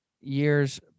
years